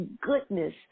goodness